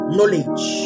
Knowledge